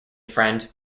friend